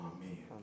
Amen